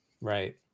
Right